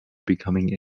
becoming